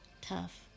Tough